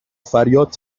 فریاد